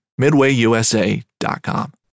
MidwayUSA.com